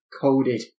coded